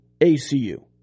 ACU